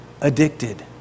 addicted